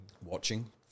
watching